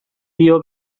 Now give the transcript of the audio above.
dio